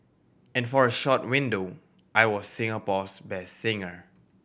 and for a short window I was Singapore's best singer